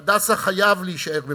"הדסה" חייב להישאר במתכונתו,